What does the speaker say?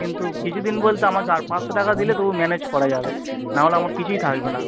কিন্তু কিছু দিন বলতে আমার চার পাঁচশো টাকা দিলে তবু ম্যানেজ করা যাবে নাহলে আমার কিছুই থাকবে না